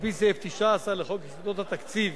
על-פי סעיף 19 לחוק יסודות התקציב,